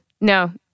No